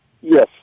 Yes